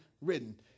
written